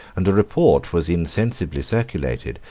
and a report was insensibly circulated,